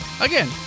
Again